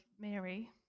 Mary